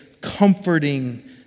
comforting